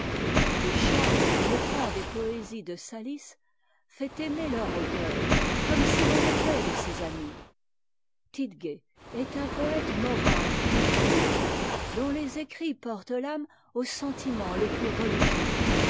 le charme pénétrant des poésies de salis fait aimer leur auteur comme si l'on était de ses amis tiedge est un poëte moral et pur dont les écrits portent l'âme au sentiment le plus religieux